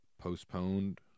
postponed